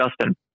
Justin